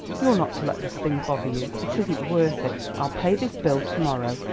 you're not to let this thing bother you, it isn't worth it. i'll pay this bill to-morrow.